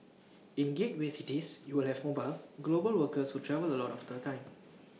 in gateway cities you will have mobile global workers who travel A lot of the time